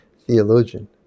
theologian